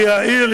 היא העיר,